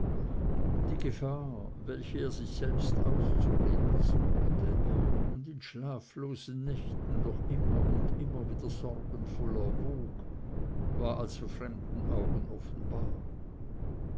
die gefahr welche er selbst sich auszureden suchte und in schlaflosen nächten doch immer und immer wieder sorgenvoll erwog war also fremden augen offenbar